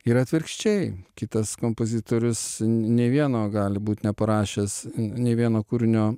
ir atvirkščiai kitas kompozitorius nei vieno gali būt neparašęs nei vieno kūrinio